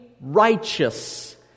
righteous